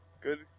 good